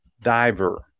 diver